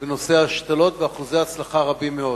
בנושא השתלות, ואחוזי ההצלחה רבים מאוד.